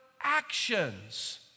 actions